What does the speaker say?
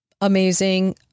Amazing